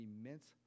immense